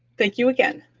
thank you again.